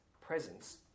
presence